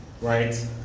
right